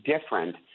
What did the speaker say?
different